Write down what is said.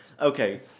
okay